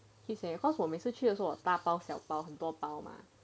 keep saying 我每次去的时候大包小包很多包吗